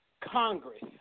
Congress